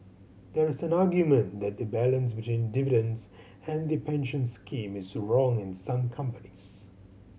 there is an argument that the balance between dividends and the pension scheme is wrong in some companies